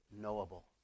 knowable